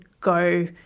go